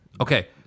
Okay